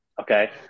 Okay